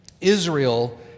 Israel